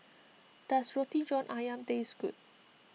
does Roti John Ayam taste good